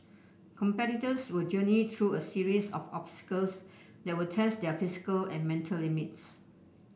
competitors will journey through a series of obstacles that will test their physical and mental limits